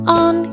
on